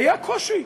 היה קושי,